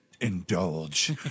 indulge